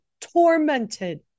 tormented